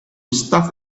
stuff